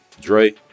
Dre